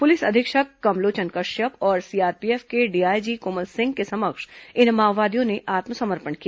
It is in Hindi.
पुलिस अधीक्षक कमलोचन कश्यप और सीआरपीएफ के डीआईजी कोमल सिंह के समक्ष इन माओवादियों ने आत्मसमर्पण किया